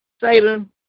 Satan